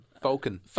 Falcon